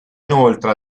inoltre